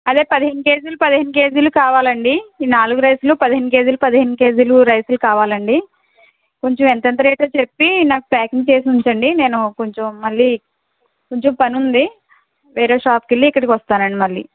అదే పదిహేను కేజీలు పదిహేను కేజీలు కావాలండి ఈ నాలుగు రైసులు పదిహేను కేజీలు పదిహేను కేజీలు రైసులు కావాలండి కొంచెం ఎంతెంత రేట్లు చెప్పి నాకు ప్యాకింగ్ చేసి ఉంచండి నేను కొంచెం మళ్ళీ కొంచెం పని ఉంది వేరే షాపుకి వెళ్ళి ఇక్కడికి వస్తానండి మళ్ళీ